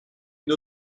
une